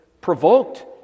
provoked